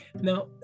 Now